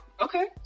Okay